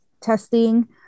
testing